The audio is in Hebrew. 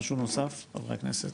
משהו נוסף חברי הכנסת?